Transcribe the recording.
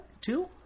Two